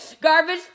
garbage